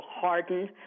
harden